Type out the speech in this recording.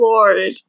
Lord